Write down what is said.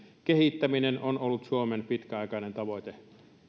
kehittäminen on ollut suomen pitkäaikainen tavoite